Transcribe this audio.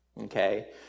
okay